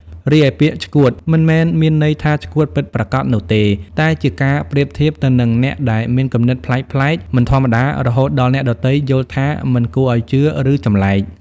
រីឯ ពាក្យ "ឆ្កួត" វាមិនមានន័យថាឆ្កួតពិតប្រាកដនោះទេ តែជាការប្រៀបធៀបទៅនឹងអ្នកដែលមានគំនិតប្លែកៗ មិនធម្មតា រហូតដល់អ្នកដទៃយល់ថាមិនគួរឱ្យជឿ ឬចម្លែក។